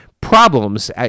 problems